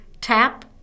tap